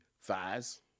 thighs